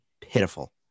pitiful